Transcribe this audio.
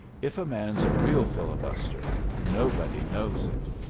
if a man's a real filibuster, nobody knows it!